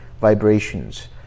vibrations